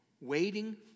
waiting